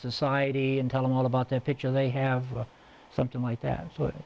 society and tell them all about their picture they have something like that but